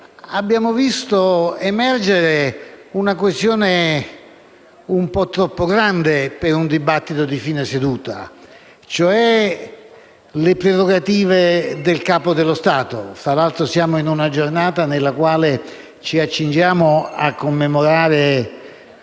abbiamo visto emergere una questione un po' troppo grande per un dibattito di fine seduta, mi riferisco alle prerogative del Capo dello Stato. Tra l'altro, siamo in una giornata nella quale ci accingiamo a commemorare